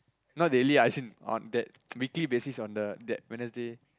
not daily as in on that weekly basis on the that Wednesday